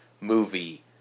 movie